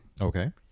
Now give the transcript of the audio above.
Okay